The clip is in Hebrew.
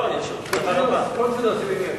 אני גמרתי את מכסת ה"בעד" שלי לחודש הקרוב.